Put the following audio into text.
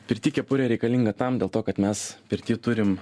pirty kepurė reikalinga tam dėl to kad mes pirty turim